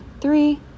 three